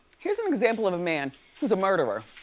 here's an example of a man who's a murderer.